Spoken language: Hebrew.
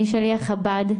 אני שליח חב"ד,